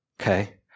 Okay